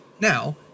now